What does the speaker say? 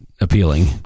appealing